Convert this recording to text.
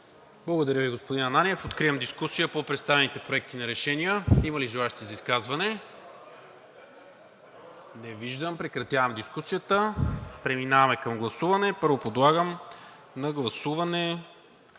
Благодаря Ви, господин Ананиев. Откривам дискусия по представените проекти на решения. Има ли желаещи за изказване? Не виждам. Прекратявам дискусията. Преминаваме към гласуване. Първо подлагам на гласуване